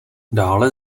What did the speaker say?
dále